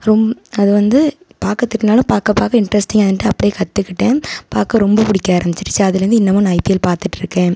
ரொம் அது வந்து பார்க்க பார்க்க பார்க்க இன்ட்ரஸ்டிங்காக இருந்துட்டு அப்படியே கற்றுக்கிட்டேன் பார்க்க ரொம்ப பிடிக்க ஆரம்மிச்சிடுச்சு அதில் இருந்து இன்னமும் நான் ஐபிஎல் பார்த்துட்ருக்கேன்